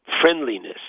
friendliness